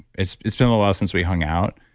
it's it's been a while since we hung out.